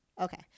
Okay